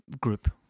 group